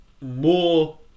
more